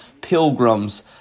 pilgrims